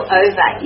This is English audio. over